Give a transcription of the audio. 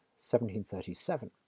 1737